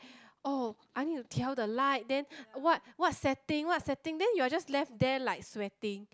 oh I need to tell the light then what what setting what setting then you are just left there like sweating